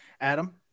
Adam